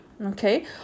Okay